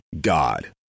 God